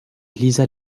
lisa